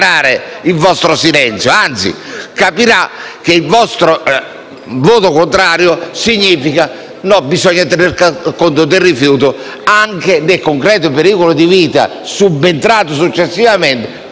voto contrario capirà che bisogna tener conto del rifiuto, anche in presenza di un concreto pericolo di vita subentrato successivamente, tale per cui non deve intervenire. Questa è la vostra valutazione? Non credo.